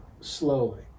slowly